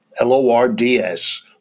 L-O-R-D-S